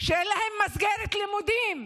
שאין להם מסגרת לימודים.